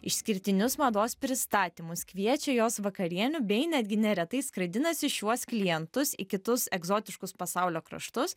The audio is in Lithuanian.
išskirtinius mados pristatymus kviečia juos vakarienių bei netgi neretai skraidinasi šiuos klientus į kitus egzotiškus pasaulio kraštus